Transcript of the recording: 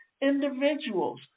individuals